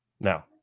Now